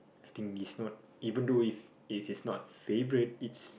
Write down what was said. I think it's not even though if it is not favourite it's